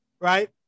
right